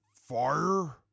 fire